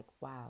wow